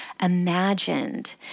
imagined